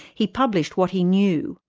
he published what he knew.